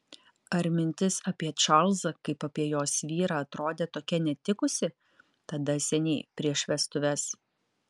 ar mintis apie čarlzą kaip apie jos vyrą atrodė tokia netikusi tada seniai prieš vestuves